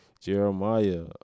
Jeremiah